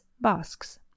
basques